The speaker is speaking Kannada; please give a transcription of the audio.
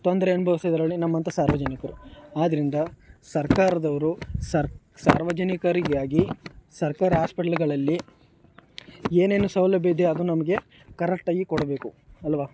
ತೊಂದರೆ ಅನುಬವ್ಸಿದ ಯಾರು ಹೇಳಿ ನಮ್ಮಂಥ ಸಾರ್ವಜನಿಕರು ಆದ್ದರಿಂದ ಸರ್ಕಾರದವರು ಸರ್ ಸಾರ್ವಜನಿಕರಿಗಾಗಿ ಸರ್ಕಾರಿ ಆಸ್ಪೆಟ್ಲ್ಗಳಲ್ಲಿ ಏನೇನು ಸೌಲಭ್ಯ ಇದೇ ಅದು ನಮಗೆ ಕರೆಕ್ಟಾಗಿ ಕೊಡಬೇಕು ಅಲ್ವ